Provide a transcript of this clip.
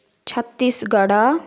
Chhattisgarh